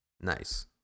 Nice